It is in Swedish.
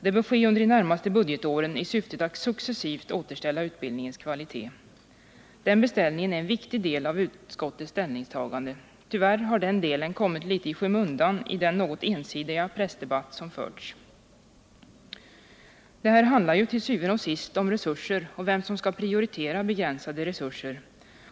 Det bör ske under de närmaste budgetåren i syfte att successivt återställa utbildningens kvalitet. Den beställningen är en viktig del av utskottets ställningstagande. Tyvärr har den delen kommit litet i skymundan i den något ensidiga pressdebatt som förts. Det här handlar til syvende og sidst om resurser och om vem som skall prioritera begränsade resurser.